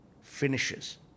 finishes